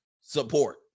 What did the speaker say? support